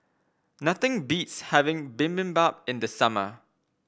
nothing beats having Bibimbap in the summer